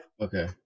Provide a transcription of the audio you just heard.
Okay